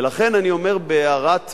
ולכן, אני אומר בהערת ביניים,